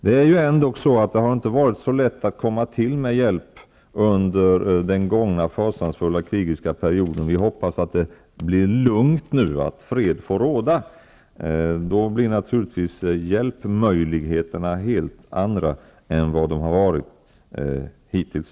Det har dock inte varit så lätt att komma fram med hjälp under den gångna fasansfulla krigiska perioden. Vi hoppas att det nu blir lugn och att fred får råda. Då blir hjälpmöjligheterna helt andra än vad de har varit hittills.